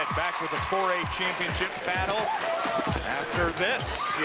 back with the four a championship battle after this.